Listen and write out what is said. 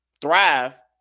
thrive